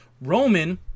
Roman